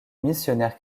missionnaire